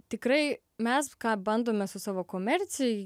tikrai mes ką bandome su savo komercij